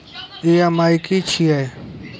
EMI की छिये?